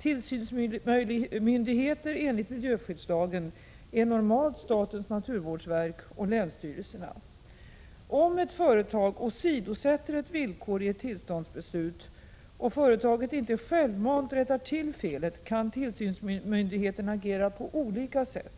Tillsynsmyndigheter enligt miljöskyddslagen är normalt statens naturvårdsverk och länsstyrelserna. Om ett företag åsidosätter ett villkor i ett tillståndsbeslut och företaget inte självmant rättar till felet kan tillsynsmyndigheten agera på olika sätt.